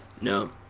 No